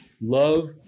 Love